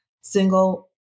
single